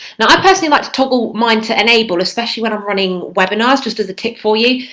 now i personally like to toggle mine to enable especially when i'm running webinars just as a tip for you,